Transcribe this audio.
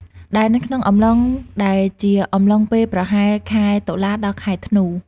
ដែលនៅក្នុងអំឡុង ដែលជាអំឡុងពេលប្រហែល ខែតុលា ដល់ ខែធ្នូ។